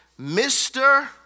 Mr